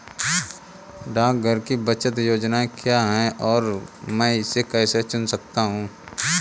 डाकघर की बचत योजनाएँ क्या हैं और मैं इसे कैसे चुन सकता हूँ?